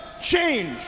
Change